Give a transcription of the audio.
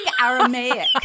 Aramaic